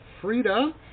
Frida